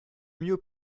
mieux